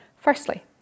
Firstly